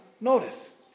notice